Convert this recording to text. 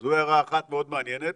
זו הערה אחת מאוד מעניינת.